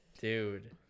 Dude